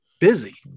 busy